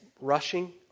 rushing